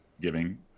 giving